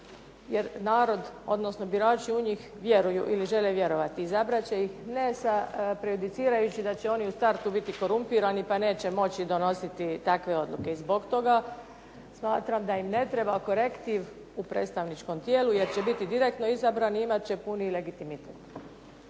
jer narod odnosno birači u njih vjeruju i žele vjerovati, i izabrat će ih ne se prejudicirajući da će oni u startu biti korumpirani pa neće moći donositi takve odluke. I zbog toga smatram da im ne treba korektiv u predstavničkom tijelu jer će biti direktno izabran i imat će puni legitimitet.